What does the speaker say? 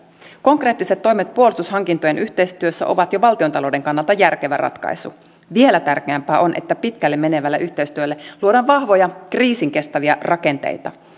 konkreettiset toimet puolustushankintojen yhteistyössä ovat jo valtiontalouden kannalta järkevä ratkaisu vielä tärkeämpää on että pitkälle menevälle yhteistyölle luodaan vahvoja kriisin kestäviä rakenteita